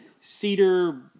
cedar